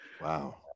Wow